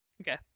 okay